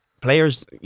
players